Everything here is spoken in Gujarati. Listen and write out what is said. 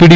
પીડી